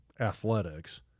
athletics